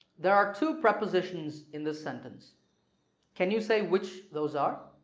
there are two prepositions in this sentence can you say which those are?